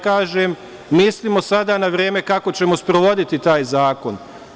Kažem da moramo da mislimo sada, na vreme, kako ćemo sprovoditi taj zakon.